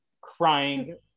crying